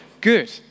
good